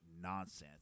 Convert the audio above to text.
nonsense